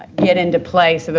get into place, but